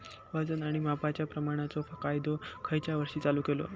वजन आणि मापांच्या प्रमाणाचो कायदो खयच्या वर्षी चालू केलो?